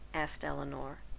asked elinor.